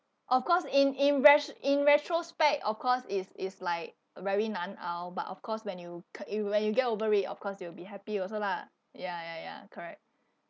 of course in in rash~ in retrospect of course is is like very but of course when you k~ if you when you get over it of course you'll be happy also lah ya ya ya correct